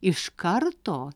iš karto